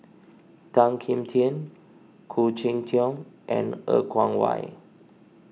Tan Kim Tian Khoo Cheng Tiong and Er Kwong Wah